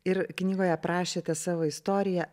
ir knygoj aprašėte savo istoriją